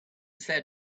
said